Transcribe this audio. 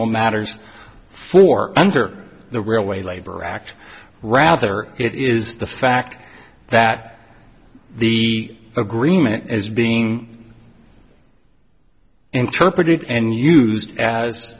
all matters for under the railway labor act rather it is the fact that the agreement is being interpreted and used as